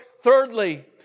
Thirdly